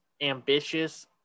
ambitious